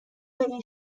این